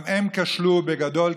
גם הן כשלו בגדול,